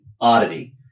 oddity